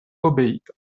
obeita